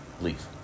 Leave